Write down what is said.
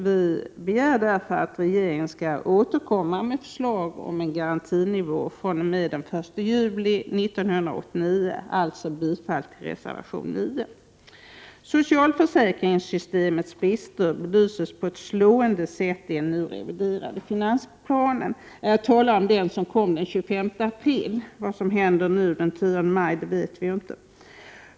Vi begär därför att regeringen skall återkomma med förslag om en garantinivå fr.o.m. den 1 juli 1989. Jag yrkar bifall till reservation 9. Socialförsäkringssystemets brister belyses på ett slående sätt i den reviderade finansplanen. Jag talar om den som kom den 25 april. Vad som händer den 10 maj vet vi inte.